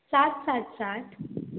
सात सात सात